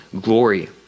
glory